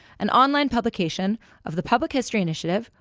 an online publication of the public history initiative,